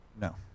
No